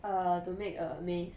err to make a maze